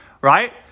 right